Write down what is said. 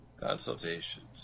Consultations